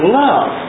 love